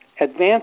advanced